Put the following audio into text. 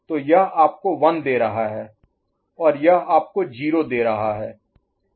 तो यह आपको 1 दे रहा है और यह आपको 0 दे रहा है